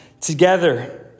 together